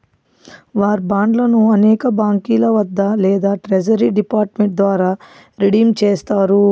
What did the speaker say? war బాండ్లను అనేక బాంకీల వద్ద లేదా ట్రెజరీ డిపార్ట్ మెంట్ ద్వారా రిడీమ్ చేస్తారు